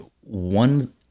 one